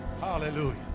Hallelujah